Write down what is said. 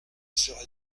serait